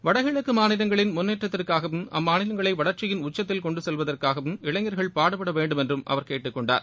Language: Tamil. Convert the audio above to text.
வடகிழக்கு மாநிலங்களின் முன்னேற்றத்திற்காகவும் அம்மாநிலங்களை வளர்ச்சியின் உச்சத்தில் கொண்டு செல்வதற்காகவும் இளைஞர்கள் பாடுபட வேண்டுமென்றும் அவர் கேட்டுக் கொண்டார்